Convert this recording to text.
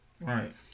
Right